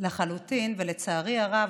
לצערי הרב,